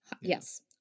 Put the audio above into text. Yes